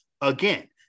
again